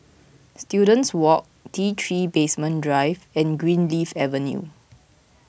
Students Walk T three Basement Drive and Greenleaf Avenue